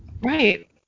Right